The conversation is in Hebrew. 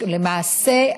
למעשה,